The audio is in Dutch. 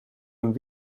een